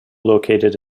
located